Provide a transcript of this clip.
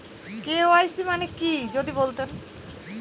KYC মানে কি যদি বলতেন?